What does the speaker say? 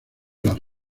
las